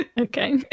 Okay